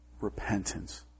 repentance